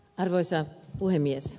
arvoisa puhemies